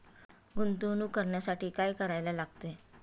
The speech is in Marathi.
गुंतवणूक करण्यासाठी काय करायला लागते?